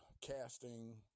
casting